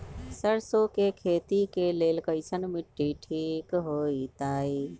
सरसों के खेती के लेल कईसन मिट्टी ठीक हो ताई?